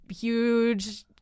huge